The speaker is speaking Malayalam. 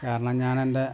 കാരണം ഞാനെൻ്റെ